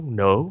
no